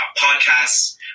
podcasts